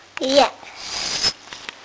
Yes